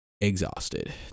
exhausted